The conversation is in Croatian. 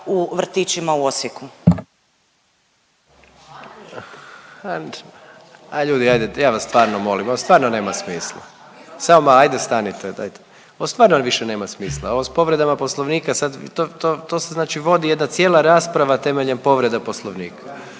u vrtićima u Osijeku.